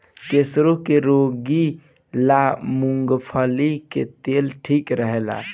कैंसरो के रोगी ला मूंगफली के तेल ठीक रहेला